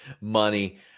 money